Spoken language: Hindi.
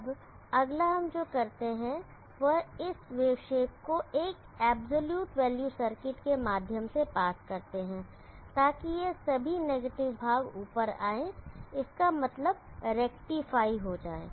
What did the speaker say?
अब अगला हम जो करते हैं वह इस वेव शेप को एक एब्सलूट वैल्यू सर्किट के माध्यम से पास करते हैं ताकि यह सभी नेगेटिव भाग ऊपर आए इसका मतलब रेक्टिफाई हो जाए